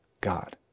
God